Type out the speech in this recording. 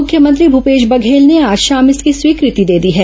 मुख्यमंत्री भूपेश बघेल ने आज शाम इसकी स्वीकृति दे दी है